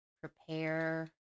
prepare